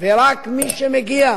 ורק מי שמגיע